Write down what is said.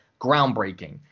groundbreaking